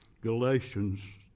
Galatians